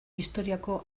historiako